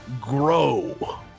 grow